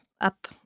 up